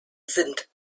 sind